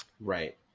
Right